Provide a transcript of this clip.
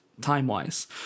time-wise